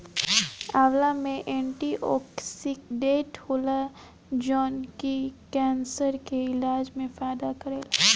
आंवला में एंटीओक्सिडेंट होला जवन की केंसर के इलाज में फायदा करेला